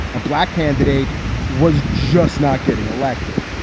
a black candidate was just not getting elected.